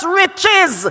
riches